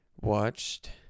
watched